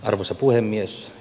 arvoisa puhemies